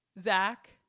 Zach